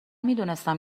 میدونستم